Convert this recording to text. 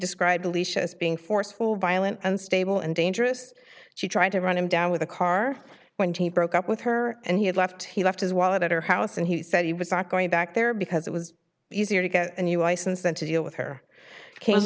described as being forceful violent unstable and dangerous she tried to run him down with a car when he broke up with her and he had left he left his wallet at her house and he said he was not going back there because it was easier to get a new license than to deal with her